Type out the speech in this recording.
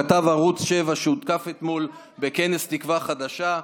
כתב ערוץ 7 שהותקף אתמול בכנס תקווה חדשה,